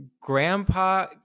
grandpa